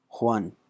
Juan